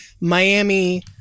Miami